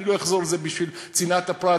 אני לא אחזור על זה בגלל צנעת הפרט.